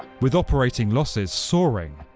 with operating losses soaring,